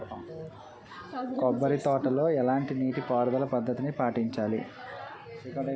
కొబ్బరి తోటలో ఎలాంటి నీటి పారుదల పద్ధతిని పాటించాలి?